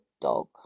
dog